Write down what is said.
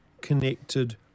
connected